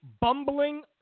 bumbling